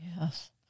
Yes